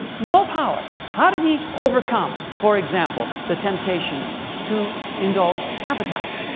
no power. how did he overcome, for example, the temptation to indulge appetite?